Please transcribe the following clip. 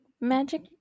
magic